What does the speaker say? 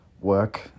work